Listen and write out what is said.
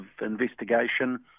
investigation